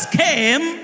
came